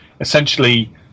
essentially